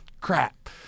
crap